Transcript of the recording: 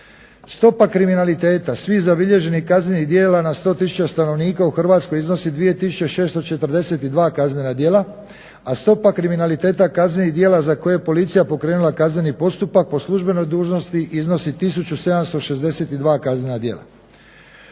Stopa kriminaliteta svih zabilježenih kaznenih djela na 100 tisuća stanovnika u Hrvatskoj iznosi 2 tisuće 642 kaznena djela, a stopa kriminaliteta kaznenih djela za koje je policija pokrenula kazneni postupak po službenoj dužnosti iznosi 1 762 kaznena djela.